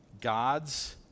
God's